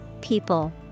people